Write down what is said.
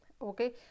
okay